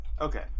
okay